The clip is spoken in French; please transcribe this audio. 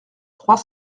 trois